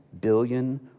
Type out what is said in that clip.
billion